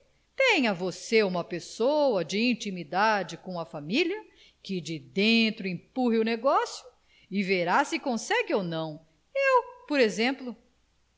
tenha você uma pessoa de intimidade com a família que de dentro empurre o negócio e verá se consegue ou não eu por exemplo